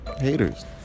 haters